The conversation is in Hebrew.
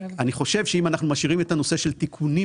אני חושב שאם אנחנו משאירים את הנושא של תיקונים